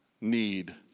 need